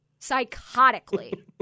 psychotically